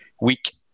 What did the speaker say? week